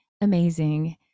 amazing